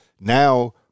now